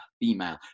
female